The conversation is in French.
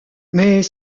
mais